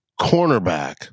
cornerback